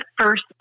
first